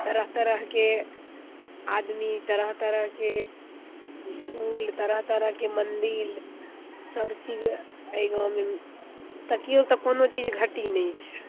तरह तरहके आदमी तरह तरहके इसकुल तरह तरहके मंदिल सब चीज एहि गाँवमे तकिऔ तऽ कोनो चीज घट्टी नहि छै